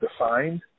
defined